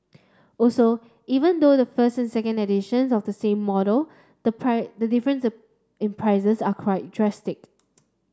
also even though the first and second edition of the same model the the difference in prices is quite drastic